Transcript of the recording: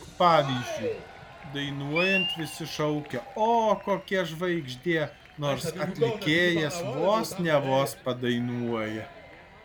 pavyzdžiui dainuojant visi šaukia o kokia žvaigždė nors atlikėjas vos ne vos padainuoja